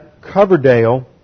Coverdale